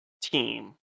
team